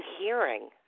hearing